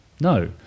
No